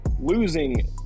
losing